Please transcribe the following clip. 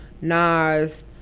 Nas